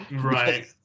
Right